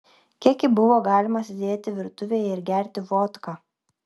kiek gi buvo galima sėdėti virtuvėje ir gerti vodką